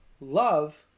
love